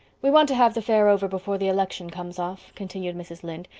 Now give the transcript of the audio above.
we want to have the fair over before the election comes off, continued mrs. lynde,